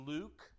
Luke